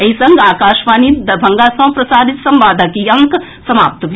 एहि संग आकाशवाणी दरभंगा सँ प्रसारित संवादक ई अंक समाप्त भेल